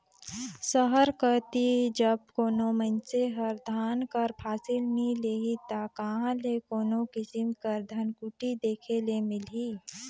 सहर कती जब कोनो मइनसे हर धान कर फसिल नी लेही ता कहां ले कोनो किसिम कर धनकुट्टी देखे ले मिलही